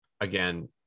again